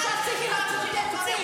ושיפסיק עם התירוצים,